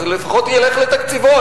אז לפחות ילך לתקציבו.